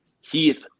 Heath